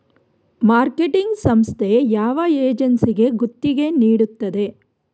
Marketing ಸಂಸ್ಥೆ ಯಾವ ಏಜೆನ್ಸಿಗೆ ಗುತ್ತಿಗೆ ನೀಡುತ್ತದೆ?